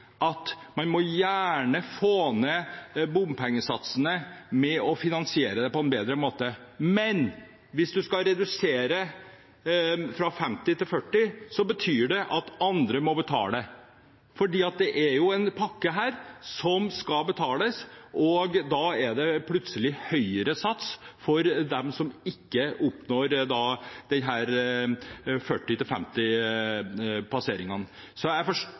at man gjerne må få ned bompengesatsene ved å finansiere på en bedre måte. Men hvis en skal redusere fra 50 til 40, betyr det at andre må betale, for det er jo en pakke her som skal betales, og da blir det plutselig høyere sats for dem som ikke oppnår